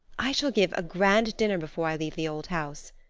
i shall give a grand dinner before i leave the old house!